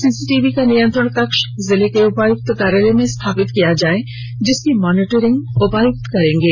CCTV का नियंत्रण कक्ष जिला के उपायुक्त कार्यालय में स्थापित किया जाए जिसकी मॉनिटरिंग उपायुक्त करेंगे